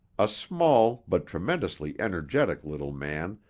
a small but tremendously energetic little man,